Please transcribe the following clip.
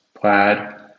Plaid